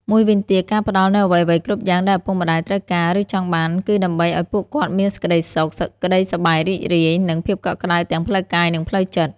មួយវិញទៀត ការផ្តល់នូវអ្វីៗគ្រប់យ៉ាងដែលឪពុកម្តាយត្រូវការ ឬចង់បាន គឺដើម្បីឲ្យពួកគាត់មានសេចក្តីសុខ សេចក្តីសប្បាយរីករាយ និងភាពកក់ក្តៅទាំងផ្លូវកាយនិងផ្លូវចិត្ត។